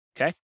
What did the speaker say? Okay